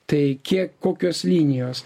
tai kie kokios linijos